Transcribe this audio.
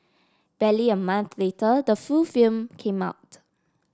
barely a month later the full film came out